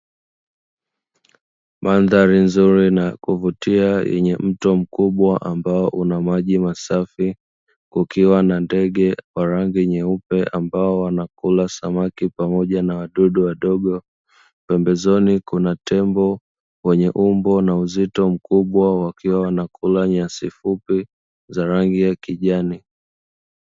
Mandhari nzuri na ya kuvutia yenye mto mkubwa ambao una maji masafi; ukiwa na ndege wa rangi nyeupe ambao wanakula samaki pamoja na wadudu wadogo. Pembezoni kuna tembo wenye umbo na uzito mkubwa wakiwa wanakula nyasi fupi za rangi ya kijani.